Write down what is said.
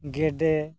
ᱜᱮᱰᱮ